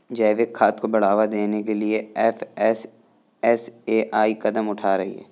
जैविक खाद को बढ़ावा देने के लिए एफ.एस.एस.ए.आई कदम उठा रही है